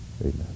Amen